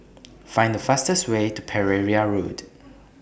Find The fastest Way to Pereira Road